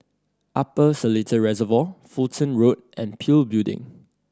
Upper Seletar Reservoir Fulton Road and PIL Building